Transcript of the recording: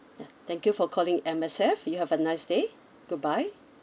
yeah thank you for calling M_S_F you have a nice day goodbye